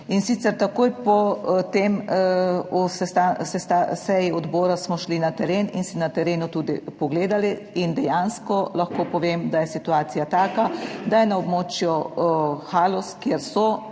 Takoj po seji odbora smo šli na teren in si na terenu tudi pogledali. Dejansko lahko povem, da je situacija taka, da so na območju Haloz, kjer so